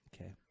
Okay